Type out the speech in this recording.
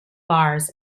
bars